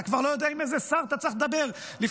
אתה כבר לא יודע עם איזה שר אתה צריך לדבר לפני